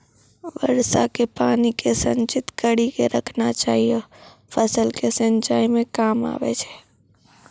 वर्षा के पानी के संचित कड़ी के रखना चाहियौ फ़सल के सिंचाई मे काम आबै छै?